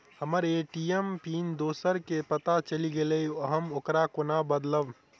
हम्मर ATM PIN दोसर केँ पत्ता चलि गेलै, हम ओकरा कोना बदलबै?